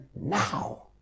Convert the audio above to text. now